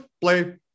play